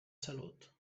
salut